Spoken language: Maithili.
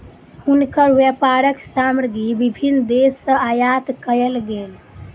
हुनकर व्यापारक सामग्री विभिन्न देस सॅ आयात कयल गेल